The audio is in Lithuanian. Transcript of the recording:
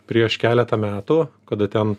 prieš keletą metų kada ten